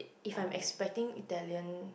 if I am expecting Italian